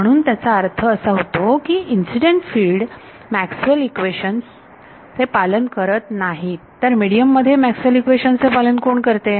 म्हणून याचा अर्थ असा होतो कि incident field Maxwell equations equations पालन करीत नाहीत तर मिडीयम मध्ये मॅक्सवेल इक्वेशन्स Maxwell's equations चे पालन कोण करते